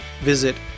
visit